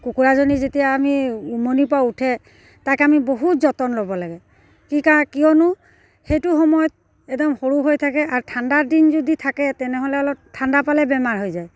কুকুৰাজনী যেতিয়া আমি উমনিৰপৰা উঠে তাক আমি বহুত যতন ল'ব লাগে কি কাৰণ কিয়নো সেইটো সময়ত একদম সৰু হৈ থাকে আৰু ঠাণ্ডাৰ দিন যদি থাকে তেনেহ'লে অলপ ঠাণ্ডা পালে বেমাৰ হৈ যায়